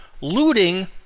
Looting